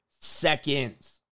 Seconds